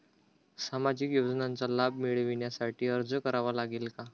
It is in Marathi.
सामाजिक योजनांचा लाभ मिळविण्यासाठी अर्ज करावा लागेल का?